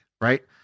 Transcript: right